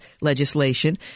legislation